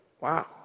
Wow